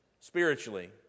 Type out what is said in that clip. spiritually